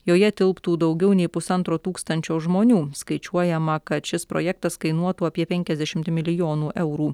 joje tilptų daugiau nei pusantro tūkstančio žmonių skaičiuojama kad šis projektas kainuotų apie penkiasdešimt milijonų eurų